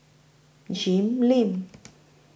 Jim Lim